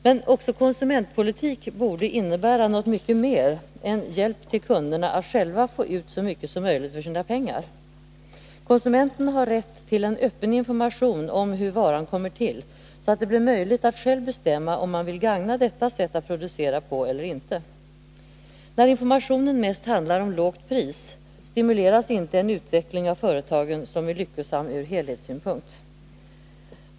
Men också konsumentpolitiken borde innebära något mycket mer än hjälp till kunderna att själva få ut så mycket som möjligt för sina pengar. Konsumenterna har rätt till en öppen information om hur varan kommer till, så att det blir möjligt att själv bestämma om man vill gagna detta sätt att producera på eller inte. När informationen mest handlar om lågt pris, stimuleras inte en utveckling av företagen som är lyckosam ur helhetssynpunkt.